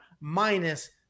minus